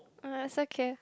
uh it's okay